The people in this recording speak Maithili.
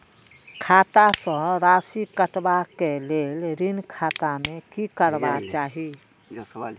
खाता स राशि कटवा कै लेल ऋण खाता में की करवा चाही?